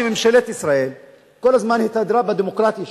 שממשלת ישראל כל הזמן התהדרה בדמוקרטיה שלה,